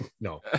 No